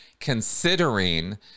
Considering